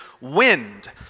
wind